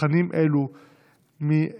תכנים אלו מהרשתות.